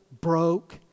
broke